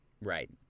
Right